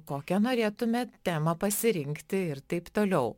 kokią norėtumėt temą pasirinkti ir taip toliau